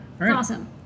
Awesome